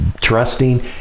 trusting